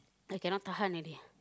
I cannot tahan already ah